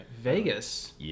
Vegas